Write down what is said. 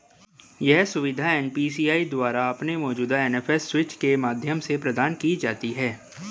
यह सुविधा एन.पी.सी.आई द्वारा अपने मौजूदा एन.एफ.एस स्विच के माध्यम से प्रदान की जाती है